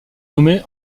nommée